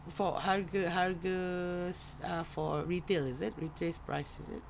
for harga harga for retail is it retail price is it